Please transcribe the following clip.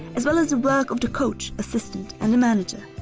as well as the work of the coach, assistant and the manager.